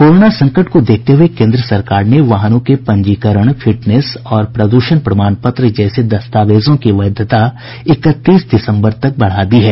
corona संकट को देखते हुए केन्द्र सरकार ने वाहनों के पंजीकरण फिटनेस और प्रदूषण प्रमाण पत्र जैसे दस्तावेजों की वैधता इकतीस दिसम्बर तक बढ़ा दी है